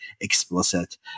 explicit